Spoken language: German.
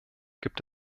gibt